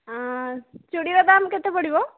ଚୁଡ଼ିର ଦାମ୍ କେତେ ପଡ଼ିବ